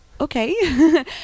okay